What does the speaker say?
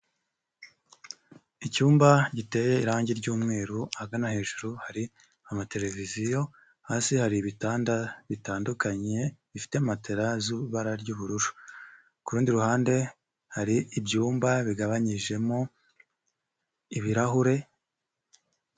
Icyumba giteye irangi ry'umweru ahagana hejuru hari amateleviziyo, hasi hari ibitanda bitandukanye bifite matera z'ibara ry'ubururu, ku rundi ruhande hari ibyumba bigabanyijemo ibirahure.